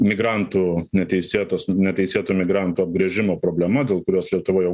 migrantų neteisėtos neteisėtų migrantų apgręžimo problema dėl kurios lietuva jau